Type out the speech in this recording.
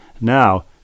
now